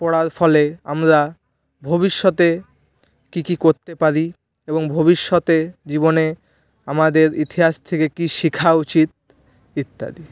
পড়ার ফলে আমরা ভবিষ্যতে কী কী করতে পারি এবং ভবিষ্যতে জীবনে আমাদের ইতিহাস থেকে কী শেখা উচিত ইত্যাদি